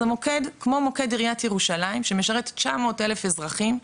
אז המוקד כמו מוקד עריית ירושלים שמשרת 900 אלף אזרחים,